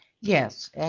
yes